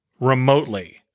remotely